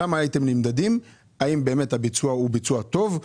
שם הייתם נמדדים האם באמת הביצוע הוא ביצוע טוב,